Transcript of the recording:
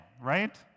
right